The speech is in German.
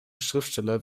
schriftsteller